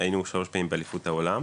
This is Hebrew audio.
היינו שלוש פעמים באליפות העולם.